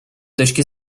точки